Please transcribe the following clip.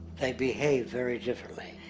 they'd behave very differently.